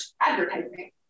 advertising